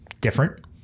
different